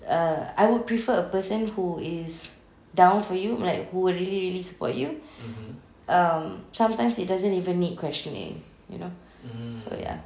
err I would prefer a person who is down for you who will really really support you um sometimes it doesn't even need questioning you know so ya